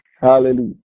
Hallelujah